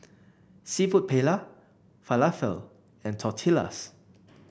seafood Paella Falafel and Tortillas